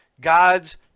God's